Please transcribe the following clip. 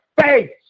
face